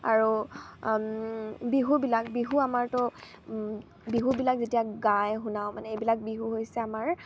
আৰু বিহুবিলাক বিহু আমাৰতো বিহুবিলাক যেতিয়া গাই শুনাওঁ মানে এইবিলাক বিহু হৈছে আমাৰ